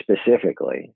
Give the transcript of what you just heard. specifically